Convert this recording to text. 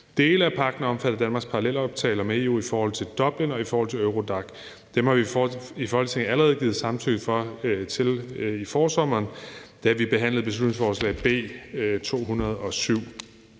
Dele af pagten er omfattet af Danmarks parallelaftaler med EU i forhold til Dublinforordningen og i forhold til Eurodac. Dem har vi i Folketinget allerede givet samtykke til i forsommeren, da vi behandlede beslutningsforslag B 207.